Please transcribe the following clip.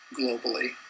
globally